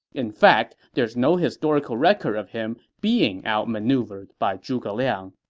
in fact, there's no historical record of him being outmaneuvered by zhuge liang.